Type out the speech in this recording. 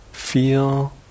feel